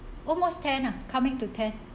almost ten ah coming to ten